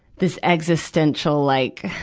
this existential like,